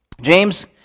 James